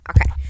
Okay